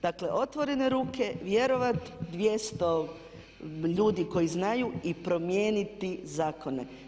Dakle, otvorene ruke, vjerovat, 200 ljudi koji znaju i promijeniti zakone.